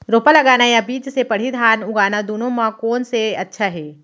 रोपा लगाना या बीज से पड़ही धान उगाना दुनो म से कोन अच्छा हे?